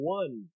one